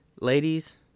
ladies